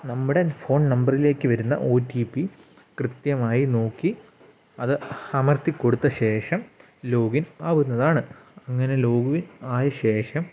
നമ്മുടെ ഫോൺ നമ്പറിലേക്ക് വരുന്ന ഓ ടി പി കൃത്യമായി നോക്കി അത് അമർത്തി കൊടുത്ത ശേഷം ലോഗിൻ ആവുന്നതാണ് അങ്ങനെ ലോഗിൻ ആയ ശേഷം